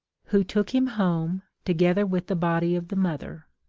who took him home, together with the body of the mother.